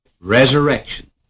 resurrection